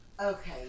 okay